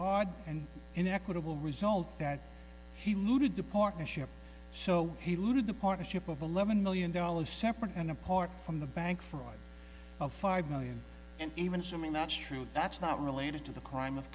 odd and inequitable result that he looted the partnership so he looted the partnership of eleven million dollars separate and apart from the bank for life of five million and even assuming that's true that's not related to the crime of